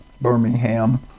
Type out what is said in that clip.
Birmingham